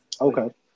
Okay